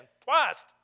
twice